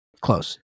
Close